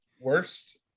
Worst